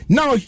Now